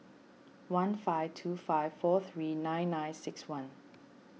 one five two five four three nine nine six one